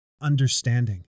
understanding